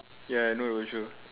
ya I know the show